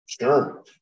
Sure